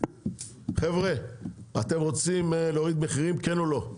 חבר'ה אתם רוצים להוריד מחירים כן או לא?